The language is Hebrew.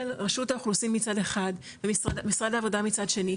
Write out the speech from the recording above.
של רשות האוכלוסין מצד אחד ומשרד העבודה מצד שני,